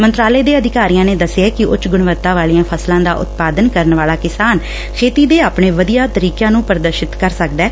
ਮੰਤਰਾਲੇ ਦੇ ਅਧਿਕਾਰੀਆਂ ਨੇ ਦਸਿਆ ਕਿ ਉੱਚ ਗੁਣਵਤਾ ਵਾਲੀਆਂ ਫਸਲਾਂ ਦਾ ਉਤਪਾਦਨ ਕਰਨ ਵਾਲਾ ਕਿਸਾਨ ਖੇਤੀ ਦੇ ਆਪਣੇ ਵਧੀਆ ਤਰੀਕਿਆ ਨੂੰ ਪ੍ਦਰਸ਼ਿਤ ਕਰ ਸਕਦੈ